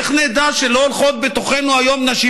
איך נדע שלא הולכות בתוכנו היום נשים